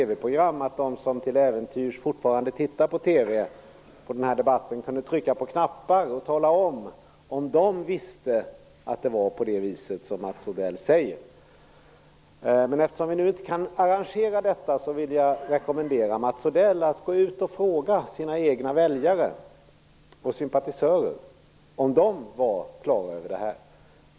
Jag skulle alltså önska att de som till äventyrs fortfarande tittar på den här debatten i TV kunde trycka på knappar för att visa om de visste att det var på det vis som Mats Odell säger. Eftersom detta inte kan arrangeras rekommenderar jag Mats Odell att gå ut och fråga de egna väljarna och sympatisörerna om de var klara över det här.